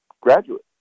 graduate